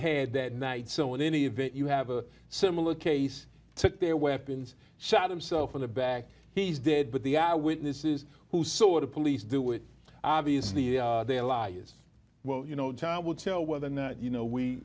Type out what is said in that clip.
had that night so in any event you have a similar case took their weapons shot himself in the back he's dead but the eyewitnesses who saw the police do it obviously they elias well you know time will tell whether or not you know